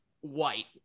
white